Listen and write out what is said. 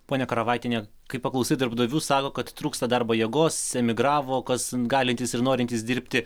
ponia karavaitiene kai paklausai darbdavių sako kad trūksta darbo jėgos emigravo kas galintys ir norintys dirbti